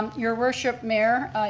your worship mayor,